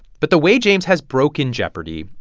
but the way james has broken jeopardy!